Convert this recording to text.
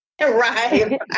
right